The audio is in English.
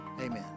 amen